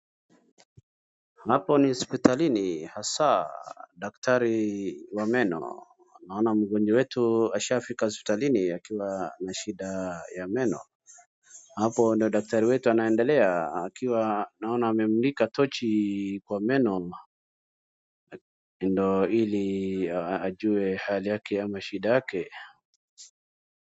Hapo ni hospitalini hasa daktari wa meno. Naona mgonjwa wetu ashafika hospitalini akiwa na shida ya meno. Hapo ndio daktari wetu anaendelea akiwa naona amemulika tochi kwa meno ndio ili ajue hali yake ama shida yake.